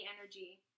energy